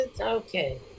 Okay